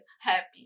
happy